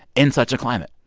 in such a climate?